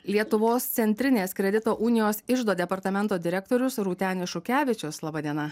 lietuvos centrinės kredito unijos iždo departamento direktorius rūtenis šukevičius laba diena